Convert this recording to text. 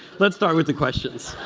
let's start with the questions.